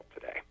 today